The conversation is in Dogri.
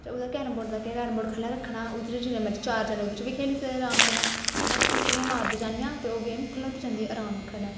ते ओह्दा कैरम बोर्ड दा केह् कैरम बोर्ड खल्लै रक्खना ओह्दे च जिन्ने मर्जी चार जने ओह्दे च बी खेली सकदे अराम कन्नै बस ठिकरियां मारदे जानियां ते ओह् गेम खलौंदी जंदी अराम कन्नै